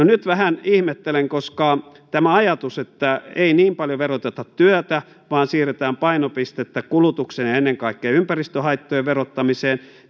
nyt vähän ihmettelen koska tämä ajatus että ei niin paljon veroteta työtä vaan siirretään painopistettä kulutuksen ja ennen kaikkea ympäristöhaittojen verottamiseen